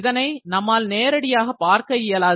இதனை நம்மால் நேரடியாக பார்க்க இயலாது